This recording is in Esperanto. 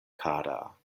kara